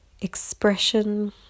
expression